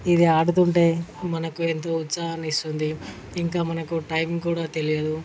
ఇది ఆడుతుంటే మనకు ఎంతో ఉత్సాహాన్ని ఇస్తుంది ఇంకా మనకు టైమ్ కూడా తెలియదు